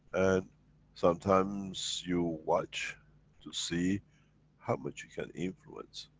and sometimes you watch to see how much you can influence,